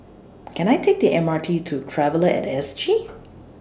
Can I Take The M R T to Traveller At S G